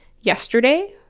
Yesterday